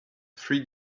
three